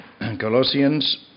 Colossians